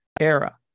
Era